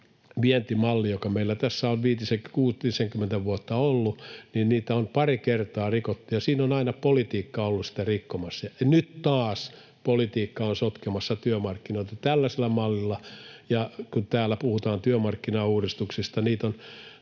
vientimallia, joka meillä tässä on viitisen—kuutisenkymmentä vuotta ollut, on vain pari kertaa rikottu, ja siinä on aina politiikka ollut sitä rikkomassa. Nyt taas politiikka on sotkemassa työmarkkinoita tällaisella mallilla. Kun täällä puhutaan työmarkkinauudistuksista, niin